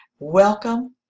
Welcome